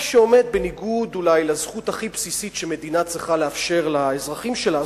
מה שעומד בניגוד לזכות הכי בסיסית שמדינה צריכה לאפשר לאזרחים שלה,